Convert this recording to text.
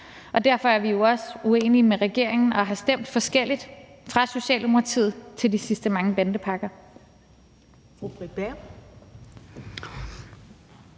og derfor er vi også uenige med regeringen og har stemt forskelligt i forhold til Socialdemokratiet til de sidste mange bandepakker.